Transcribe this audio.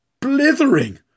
blithering